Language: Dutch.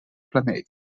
planeten